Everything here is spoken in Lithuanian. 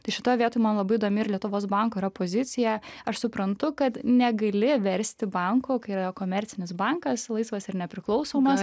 tai šitoj vietoj man labai įdomi ir lietuvos banko yra pozicija aš suprantu kad negali versti bankų kai yra komercinis bankas laisvas ir nepriklausomas